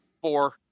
Four